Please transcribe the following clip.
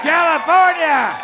California